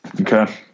Okay